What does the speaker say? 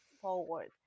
forward